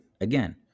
Again